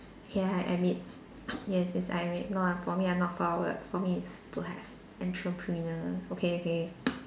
ya I admit yes yes I admit no ah for me uh not for work for me is to have entrepreneurial okay okay